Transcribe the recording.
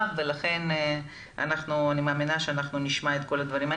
ולכן אני מאמינה שאנחנו נשמע את כל הדברים.